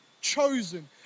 chosen